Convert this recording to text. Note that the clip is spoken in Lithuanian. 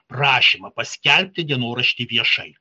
prašymą paskelbti dienoraštį viešai